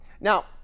Now